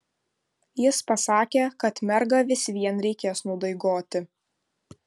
jis pasakė kad mergą vis vien reikės nudaigoti